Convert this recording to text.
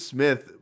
Smith